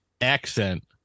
accent